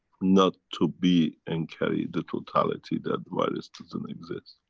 not to be and carry the totality that virus doesn't exist.